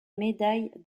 médaille